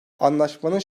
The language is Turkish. anlaşmanın